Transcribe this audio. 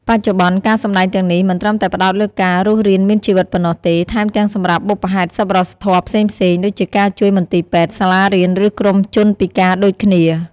បច្ចុប្បន្ន ការសម្ដែងទាំងនេះមិនត្រឹមតែផ្តោតលើការរស់រានមានជីវិតប៉ុណ្ណោះទេ ថែមទាំងសម្រាប់បុព្វហេតុសប្បុរសធម៌ផ្សេងៗ ដូចជាការជួយមន្ទីរពេទ្យ សាលារៀន ឬក្រុមជនពិការដូចគ្នា។